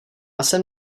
jsem